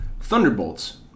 Thunderbolts